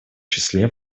числе